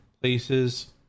places